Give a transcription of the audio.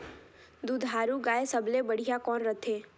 दुधारू गाय सबले बढ़िया कौन रथे?